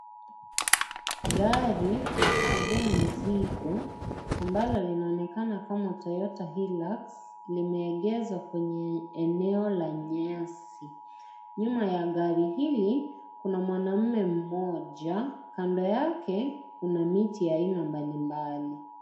Gari la kubebea mizigo ambalo linaonekana kama Toyota hillux limeegezwa kwenye eneo la nyasi nyumba ya gari hili Kuna mwanaume mmoja kando yake Kuna miti aina mbalimbali.